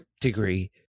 degree